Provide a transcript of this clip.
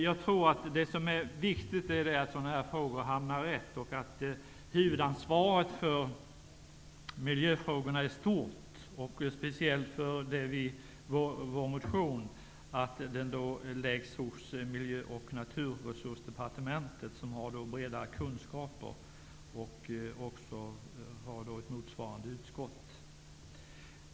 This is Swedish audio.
Jag tror att det är viktigt att sådana frågar hamnar rätt och att huvudansvaret för miljöfrågorna i stort, speciellt för vår motion, läggs hos Miljö och naturresursdepartementet som har bredare kunskaper och ett motsvarande utskott.